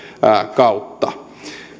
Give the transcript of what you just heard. kautta